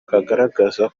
kagaragaza